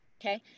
okay